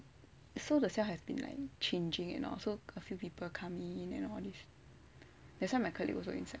so the cells have been like changing you know so a few people come in and all this that's why my colleague also inside